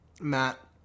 Matt